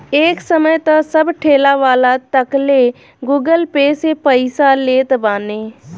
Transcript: एक समय तअ सब ठेलावाला तकले गूगल पे से पईसा लेत बाने